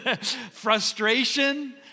Frustration